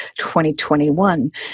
2021